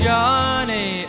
Johnny